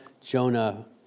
Jonah